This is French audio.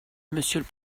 monsieur